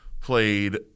played